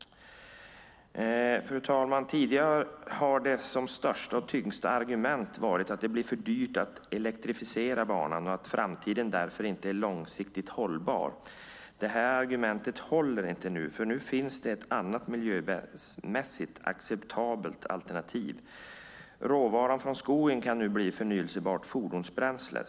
Fru talman! Tidigare har det största och tyngsta argumentet varit att det blir för dyrt att elektrifiera banan och att det i framtiden därför inte är långsiktigt hållbart. Det argumentet håller inte, för nu finns det ett annat, miljömässigt acceptabelt alternativ. Råvaran från skogen kan nu bli förnybart fordonsbränsle.